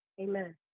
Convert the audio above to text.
Amen